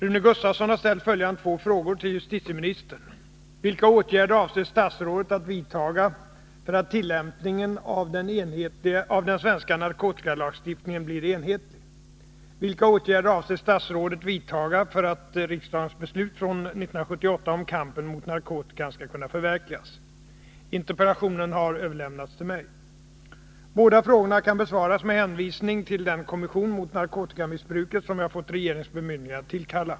Herr talman! Rune Gustavsson har ställt följande två frågor till justitieministern: Interpellationen har överlämnats till mig. Båda frågorna kan besvaras med en hänvisning till den kommission mot narkotikamissbruket som jag fått regeringens bemyndigande att tillkalla.